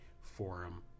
forum